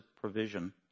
provision